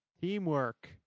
Teamwork